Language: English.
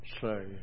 say